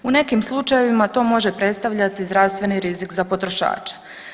U nekim slučajevima to može predstavljati zdravstveni rizik za potrošače.